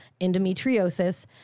endometriosis